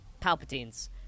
palpatine's